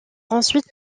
ensuite